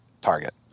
target